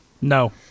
no